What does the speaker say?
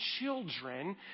children